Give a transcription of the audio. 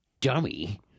dummy